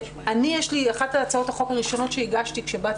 אחת הצעות החוק הראשונות שהגשתי כשהגעתי